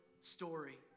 story